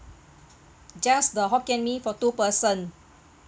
just the hokkien mee for two person